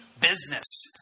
business